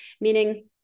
meaning